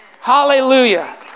Hallelujah